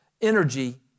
energy